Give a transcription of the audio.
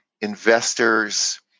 investors